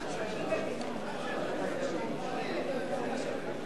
הסמכות להעניק תעודת הוקרה),